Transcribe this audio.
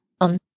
On